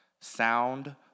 sound